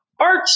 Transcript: Art